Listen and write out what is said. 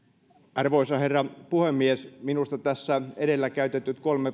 arvoisa herra puhemies minusta tässä edellä käytetyt kolme